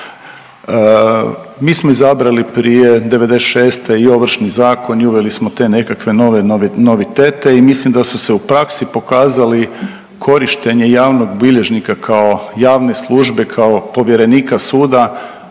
Mi smo izabrali prije '96. i Ovršni zakon i uveli smo te nekakve nove novitete i mislim da su se u praksi pokazali korištenje javnog bilježnika kao javne službe, kao povjerenika suda